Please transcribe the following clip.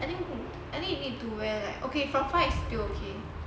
I think you need to wear like okay from far it's still okay